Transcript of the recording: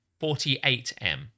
48M